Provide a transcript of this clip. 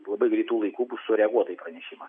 labai greitu laiku bus sureaguota į pranešimą